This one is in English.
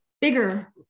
bigger